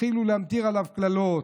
התחילו להמטיר עליו קללות.